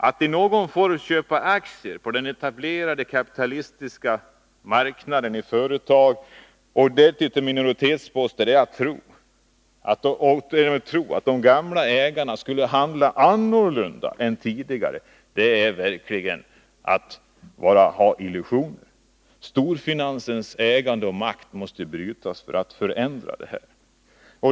Att i någon form köpa aktier — och därtill minoritetsposter — på den etablerade kapitalistiska marknaden i företag och tro att de gamla ägarna skulle handla annorlunda än tidigare är verkligen illusioner. Storfinansens ägande och makt måste brytas för att förändra det hela.